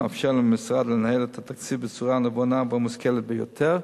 ומאפשר למשרד לנהל את התקציב בצורה הנבונה והמושכלת ביותר.